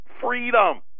freedom